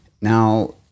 now